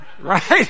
Right